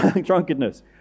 drunkenness